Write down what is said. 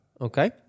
Okay